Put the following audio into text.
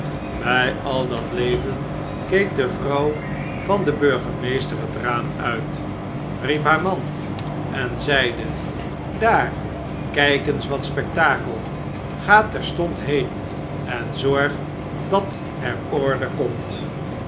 bij al dat leven keek de vrouw van den burgemeester het raam uit riep haar man en zeide daar kijk eens wat spektakel ga terstond heen en zorg dat er orde komt